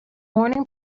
morning